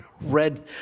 red